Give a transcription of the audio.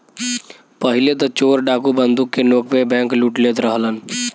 पहिले त चोर डाकू बंदूक के नोक पे बैंकलूट लेत रहलन